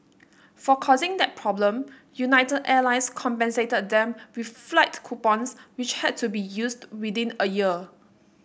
for causing that problem United Airlines compensated them with flight coupons which had to be used within a year